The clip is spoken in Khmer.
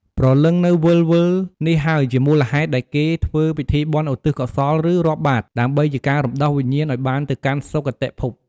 ព្រលឹងនៅវិលៗនេះហើយជាមូលហេតុដែលគេធ្វើពិធីបុណ្យឧទ្ទិសកុសលឬរាប់បាត្រ ដើម្បីជាការរំដោះវិញ្ញាណឱ្យបានទៅកាន់សុគតិភព។